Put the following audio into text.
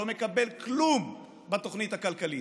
שלא מקבל כלום בתוכנית הכלכלית,